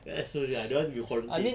ya so ya I don't want to be quarantine